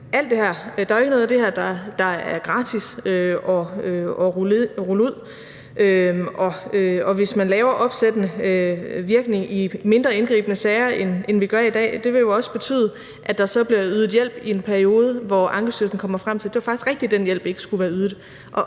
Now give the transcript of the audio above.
at der ikke er noget af alt det her, der er gratis at rulle ud, og hvis man laver opsættende virkning i mindre indgribende sager, end vi gør i dag, vil det jo også betyde, at der så bliver ydet hjælp i en periode, hvor Ankestyrelsen kommer frem til, at det faktisk var rigtigt,